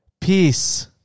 peace